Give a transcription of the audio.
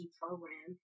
program